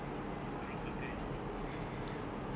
they dia orang pakai tudung neelofa